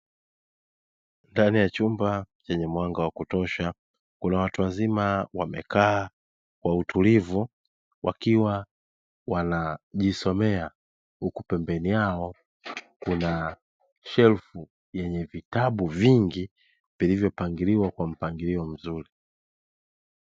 Ndani ya chumba chenye mwanga wa kutosha, kuna watu wazima wamekaa kwa utulivu, wakiwa wanajisomea. Huku pembeni yao, kuna shelfu yenye vitabu vingi, vilivyo pangiliwa kwa mpangilio mzuri.